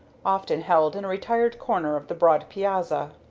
often held in a retired corner of the broad piazza.